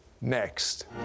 Next